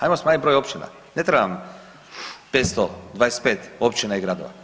Ajmo smanjit broj općina, ne treba nam 525 općina i gradova.